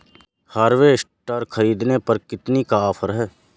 Harvester ख़रीदने पर कितनी का ऑफर है?